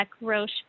Roche